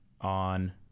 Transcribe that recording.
on